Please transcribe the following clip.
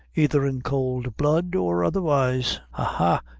aither in cowld blood or otherwise ha! ha!